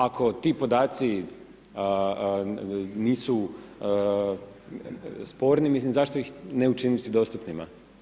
Ako ti podaci nisu sporni, mislim zašto ih ne učiniti dostupnima.